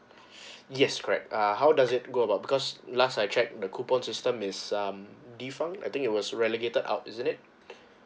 yes correct uh how does it go about because last I checked the coupon system is um deform I think it was relegated out is it